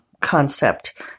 concept